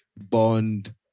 bond